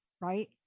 right